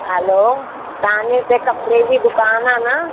हलो तव्हांजी हिते कपिड़े जी दुकानु आहे न